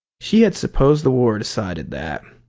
she had supposed the war decided that.